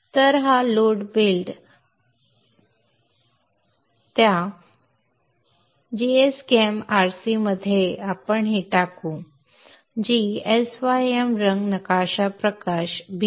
तर हा load build par gda gschem rc त्या gschem rc मध्ये आपण हे टाकू g sym रंग नकाशा प्रकाश bg